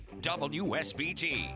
WSBT